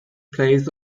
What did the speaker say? place